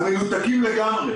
המנותקים לגמרי.